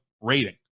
rating